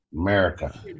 America